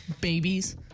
Babies